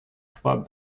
trois